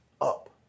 up